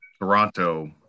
Toronto